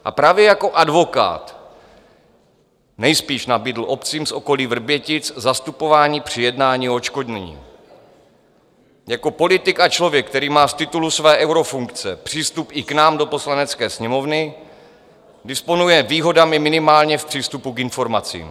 A právě jako advokát nejspíš nabídl obcím z okolí Vrbětic zastupování při jednání o odškodnění jako politik a člověk, který má z titulu své eurofunkce přístup i k nám do Poslanecké sněmovny, disponuje výhodami, minimálně v přístupu k informacím.